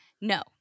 No